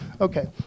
Okay